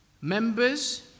members